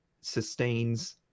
sustains